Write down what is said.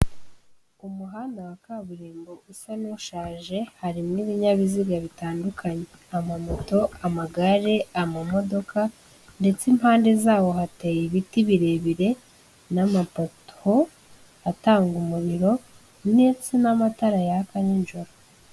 Umuhanda wa kaburimbo usa n'ushaje hari n'ibinyabiziga bitandukanye; amamoto, amagare amamodoka ndetse impande zawo hateye ibiti birebire n'amapoto atanga umuriro ndetse na matara yaka nijoro.